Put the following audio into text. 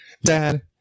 dad